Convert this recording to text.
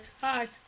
Hi